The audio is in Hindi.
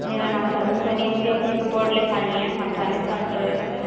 मेरा नाम चाँदनी सैनी है मुझे अपनी रिपोर्ट लिखवानी है आप थाने से बात कर रहे हो ना सर